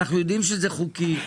אנחנו יודעים שזה חוקי,